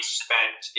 spent